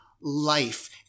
life